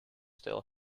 still